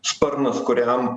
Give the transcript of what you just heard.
sparnas kuriam